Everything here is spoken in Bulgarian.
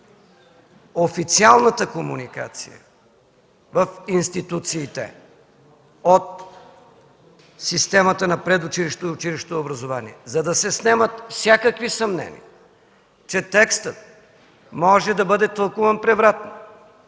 официалната комуникация в институциите от системата на предучилищното и училищно образование. За да се снемат всякакви съмнения, че текстът може да бъде тълкуван превратно